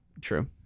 True